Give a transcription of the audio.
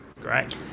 Great